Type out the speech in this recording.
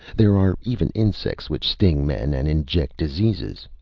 there are even insects which sting men and inject diseases.